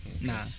Nah